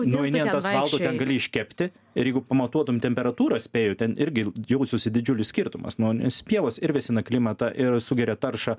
nueini ant asfalto ten gali iškepti ir jeigu pamatuotum temperatūrą spėju ten irgi jaustųsi didžiulis skirtumas nu nes pievos ir vėsina klimatą ir sugeria taršą